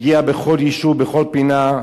ומגיעה לכל יישוב, לכל פינה.